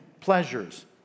pleasures